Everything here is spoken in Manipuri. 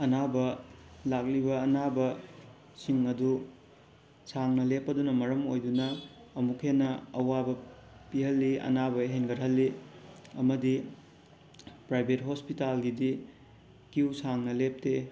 ꯑꯅꯥꯕ ꯂꯥꯛꯂꯤꯕ ꯑꯅꯥꯕꯁꯤꯡ ꯑꯗꯨ ꯁꯥꯡꯅ ꯂꯦꯞꯄꯗꯨꯅ ꯃꯔꯝ ꯑꯣꯏꯗꯨꯅ ꯑꯃꯨꯛꯀ ꯍꯦꯟꯅ ꯑꯋꯥꯕ ꯄꯤꯍꯜꯂꯤ ꯑꯅꯥꯕ ꯍꯦꯟꯒꯠꯍꯜꯂꯤ ꯑꯃꯗꯤ ꯄ꯭ꯔꯥꯏꯕꯦꯠ ꯍꯣꯁꯄꯤꯇꯥꯜꯒꯤꯗꯤ ꯀ꯭ꯌꯨ ꯁꯥꯡꯅ ꯂꯦꯞꯇꯦ